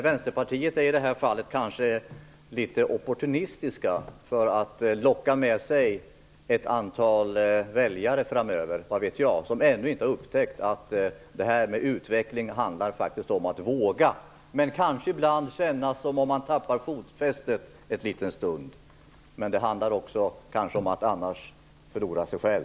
Vänsterpartiet är i detta fall litet opportunistiskt, kanske för att locka med sig ett antal väljare framöver. Vad vet jag? Man har ännu inte upptäckt att utveckling faktiskt handlar om att våga. Det kan ibland kännas som om man tappar fotfästet en liten stund, men vågar man inte förlorar man kanske sig själv.